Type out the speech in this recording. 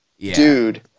Dude